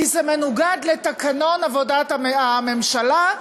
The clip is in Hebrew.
כי זה מנוגד לתקנון עבודת הממשלה,